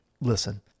Listen